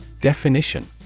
Definition